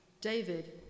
David